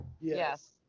Yes